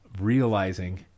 realizing